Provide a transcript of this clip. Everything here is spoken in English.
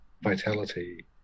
vitality